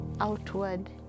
outward